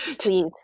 Please